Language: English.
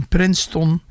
Princeton